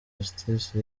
justice